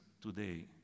today